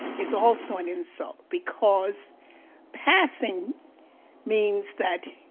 is also an insult, because passing means that